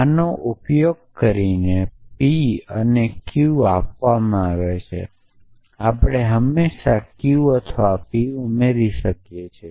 આનો ઉપયોગ કરીને પી અને ક્યૂ આપવામાં આવે છે આપણે હંમેશા q અથવા p ઉમેરી શકીએ છીએ